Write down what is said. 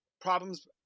problems